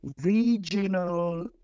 regional